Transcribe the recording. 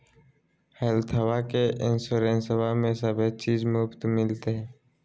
हेल्थबा के इंसोरेंसबा में सभे चीज मुफ्त मिलते?